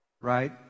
right